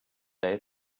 day